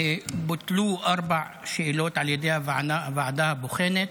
בוטלו ארבע שאלות על ידי הוועדה הבוחנת.